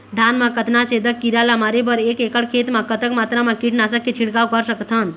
धान मा कतना छेदक कीरा ला मारे बर एक एकड़ खेत मा कतक मात्रा मा कीट नासक के छिड़काव कर सकथन?